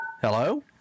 Hello